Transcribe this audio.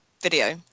video